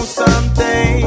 someday